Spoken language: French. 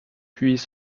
puis